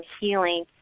healing